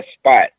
spot